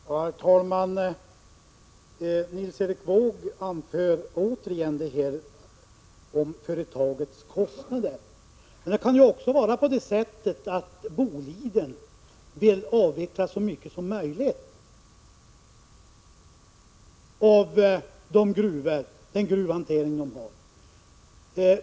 Herr talman! Nils Erik Wååg anförde återigen skälet företagets kostnader. Det kan ju också vara så att Boliden vill avveckla så mycket som möjligt av den gruvdriftshantering företaget har.